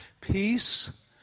Peace